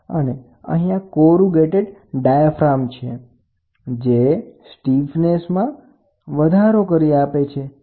અને અહીંયા corrugated diaphragm છે જે સ્ટીફનેસમાં વધારો કરી આપે છે બરાબર